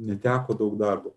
neteko daug darbo